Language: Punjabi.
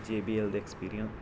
ਜੇ ਬੀ ਐਲ ਦੇ ਐਕਸਪਿਰੀ